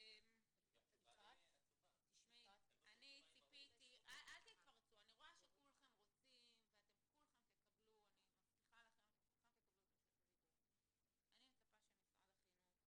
אני מצפה שמשרד החינוך,